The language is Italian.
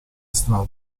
strada